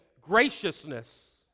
graciousness